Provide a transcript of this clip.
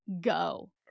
go